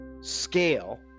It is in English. scale